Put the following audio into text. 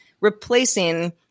replacing